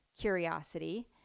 curiosity